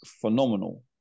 phenomenal